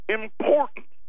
important